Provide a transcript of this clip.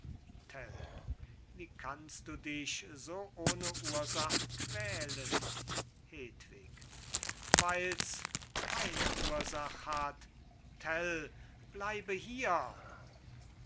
wie kannst du dich so ohne ursach quälen hedwig weil's keine ursach hat tell bleibe hier